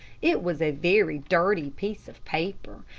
it was a very dirty piece of paper,